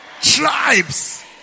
tribes